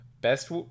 Best